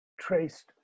traced